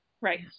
Right